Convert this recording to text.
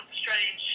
strange